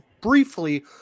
briefly